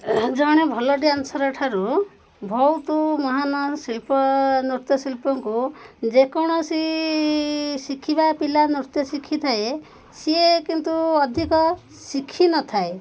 ଜଣେ ଭଲ ଡ୍ୟାନ୍ସର ଠାରୁ ବହୁତୁ ମହାନ ଶିଳ୍ପ ନୃତ୍ୟଶିଳ୍ପଙ୍କୁ ଯେକୌଣସି ଶିଖିବା ପିଲା ନୃତ୍ୟ ଶିଖିଥାଏ ସିଏ କିନ୍ତୁ ଅଧିକ ଶିଖିନଥାଏ